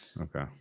Okay